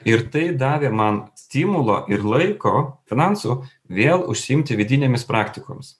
ir tai davė man stimulo ir laiko finansų vėl užsiimti vidinėmis praktikomis